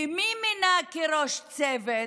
ואת מי מינה כראש צוות?